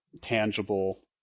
tangible